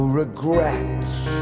regrets